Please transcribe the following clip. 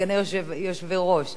אז בבקשה, חבר הכנסת אורי מקלב,